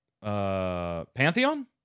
Pantheon